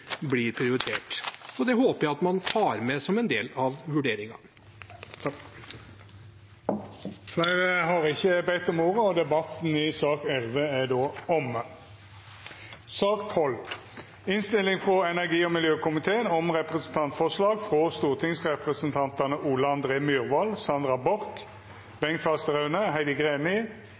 blir prioritert. Det håper jeg man tar med som en del av vurderingen. Fleire har ikkje bedt om ordet til sak nr. 11. Etter ynske frå energi- og miljøkomiteen